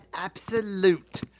Absolute